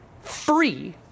free